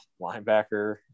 linebacker